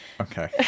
Okay